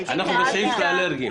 אנחנו בסעיף של האלרגיים.